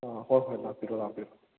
ꯑꯥ ꯍꯣꯏ ꯍꯣꯏ ꯂꯥꯛꯄꯤꯔꯣ ꯂꯥꯛꯄꯤꯔꯣ